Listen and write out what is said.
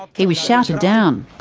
he was shouted down.